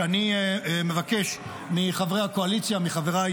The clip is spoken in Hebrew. שאני מבקש מחברי הקואליציה ומחבריי